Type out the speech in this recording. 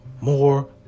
more